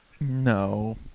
No